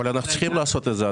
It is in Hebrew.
אבל אנחנו צריכים לעשות את זה.